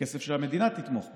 בכסף שהמדינה תתמוך בו.